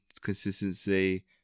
consistency